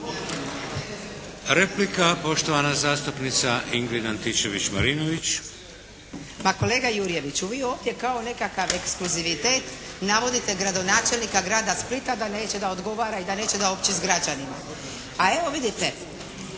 Replika poštovana zastupnica Ingrid Antičević-Marinović. **Antičević Marinović, Ingrid (SDP)** Pa kolega Jurjeviću vi ovdje kao nekakav ekskluzivitet navodite gradonačelnika Grada Splita da neće da odgovara i da neće da opći s građanima. A evo vidite